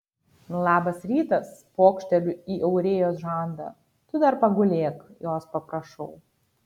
labas rytas pokšteliu į aurėjos žandą tu dar pagulėk jos paprašau